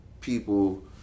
people